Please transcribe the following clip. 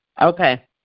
okay